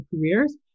careers